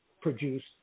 produce